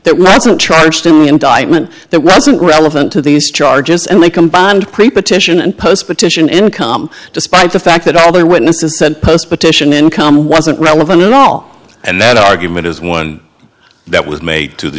wasn't charged in the indictment that wasn't relevant to these charges and they combined pre partition and post petition income despite the fact that other witnesses said post petition income wasn't relevant at all and that argument is one that was made to the